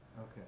Okay